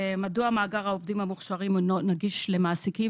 מדוע מאגר העובדים המוכשרים אינו נגיש למעסיקים?